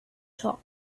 top